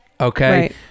Okay